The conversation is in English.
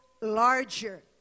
larger